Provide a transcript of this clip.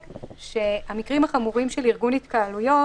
שהמקרים החמורים של ארגון התקהלויות,